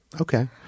Okay